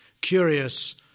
curious